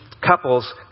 couples